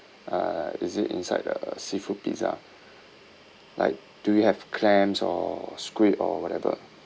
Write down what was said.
uh is it inside the seafood pizza like do you have clams or squid or whatever